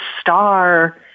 star